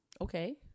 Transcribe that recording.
okay